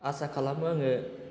आसा खालामो आङो